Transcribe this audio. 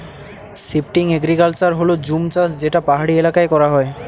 shifting agriculture হল জুম চাষ যেটা পাহাড়ি এলাকায় করা হয়